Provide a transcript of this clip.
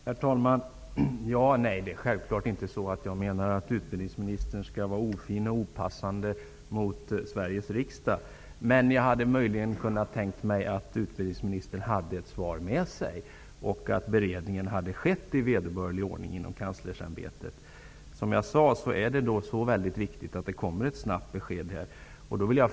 Herr talman! Det är självklart inte så att jag menar att utbildningsministern skall vara ofin eller agera opassande mot Sveriges riksdag. Men jag hade tänkt mig att utbildningsministern hade ett svar med sig och att beredningen hade skett i vederbörlig ordning inom Kanslersämbetet. Det är viktigt att det kommer ett snabbt besked.